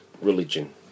religion